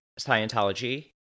Scientology